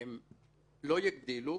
הם לא יגדילו.